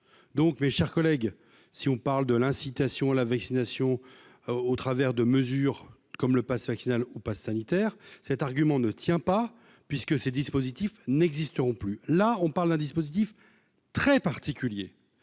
donc, mes chers collègues, si on parle de l'incitation à la vaccination, au travers de mesures comme le passe vaccinal au Pass sanitaire, cet argument ne tient pas puisque ces dispositifs n'existeront plus, là on parle d'un dispositif très particulier